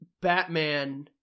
Batman